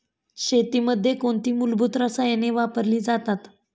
शेतीमध्ये कोणती मूलभूत रसायने वापरली जातात?